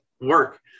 work